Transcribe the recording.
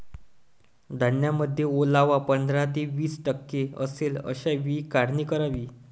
धान्यामध्ये ओलावा पंधरा ते वीस टक्के असेल अशा वेळी काढणी करावी